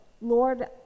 Lord